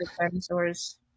dinosaurs